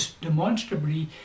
demonstrably